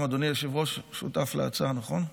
גם אדוני היושב-ראש שותף להצעה, נכון?